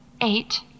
Eight